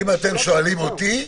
אם אתם שואלים אותי,